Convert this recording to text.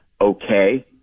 okay